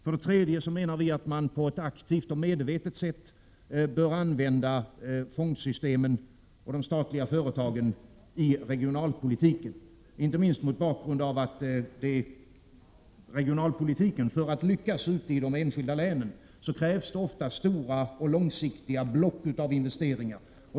Ett tredje skäl är att man på ett aktivt och medvetet sätt bör använda sig av fondsystemen och de statliga företagen i regionalpolitiken — inte minst mot bakgrund av att det, för att regionalpolitiken skall bli lyckosam i de enskilda länen, ofta krävs stora och långsiktiga block av investeringar.